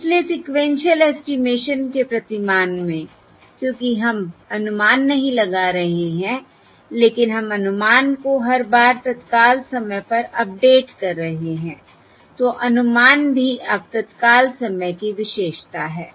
इसलिए sequential estimation के प्रतिमान में क्योंकि हम अनुमान नहीं लगा रहे हैं लेकिन हम अनुमान को हर बार तत्काल समय पर अपडेट कर रहे हैं तो अनुमान भी अब तत्काल समय की विशेषता है